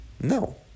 No